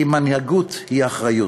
כי מנהיגות היא אחריות.